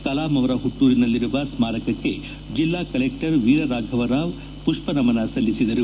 ಕಲಾಂ ಅವರ ಹುಟ್ಲೂರಿನಲ್ಲಿರುವ ಸ್ತಾರಕಕ್ಕೆ ಜಿಲ್ಲಾ ಕೆಲೆಕ್ಷರ್ ವೀರರಾಫವ ರಾವ್ ಪುಷ್ನ ನಮನ ಸಲ್ಲಿಸಿದರು